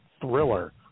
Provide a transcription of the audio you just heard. thriller